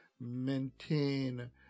maintain